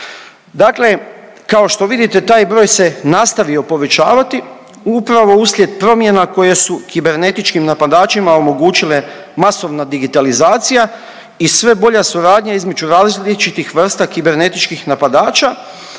Dakle kao što vidite taj broj se nastavio povećavati upravo uslijed promjena koje su kibernetičkim napadačima omogućile masovna digitalizacija i sve bolja suradnja između različitih vrsta kibernetičkih napadača,